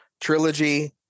trilogy